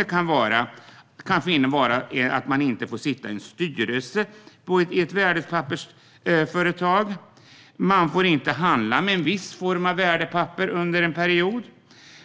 Det kan röra sig om att man inte får sitta i en styrelse för ett värdepappersföretag, inte får handla med ett visst slags värdepapper under en period